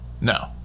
no